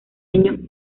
año